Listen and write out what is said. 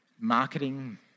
marketing